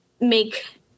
make